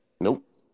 Nope